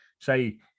say